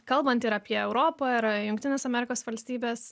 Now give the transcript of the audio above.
kalbant ir apie europą ir jungtinės amerikos valstybės